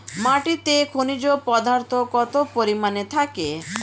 মাটিতে খনিজ পদার্থ কত পরিমাণে থাকে?